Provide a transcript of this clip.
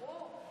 ברור.